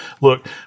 look